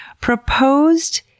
proposed